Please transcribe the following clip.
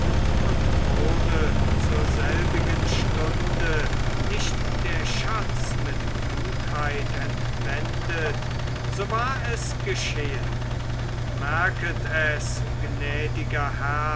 und wurde zur selbigen stunde nicht der schatz mit klugheit entwendet so war es geschehen merket es